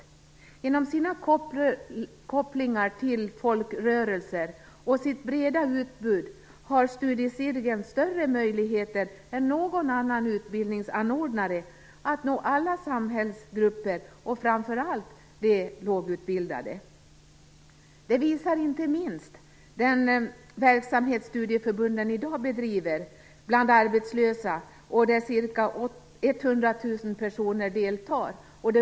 Genom sina kopplingar till folkrörelser och sitt breda utbud har studiecirkeln större möjligheter än någon annan utbildningsanordnare att nå alla samhällsgrupper och framför allt de lågutbildade. Det visar inte minst den verksamhet studieförbunden i dag bedriver bland arbetslösa, där ca 100 000 personer deltar.